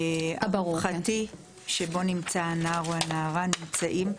הערכתי שבו נמצא הנער או הנערה נמצאים,